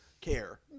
care